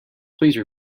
please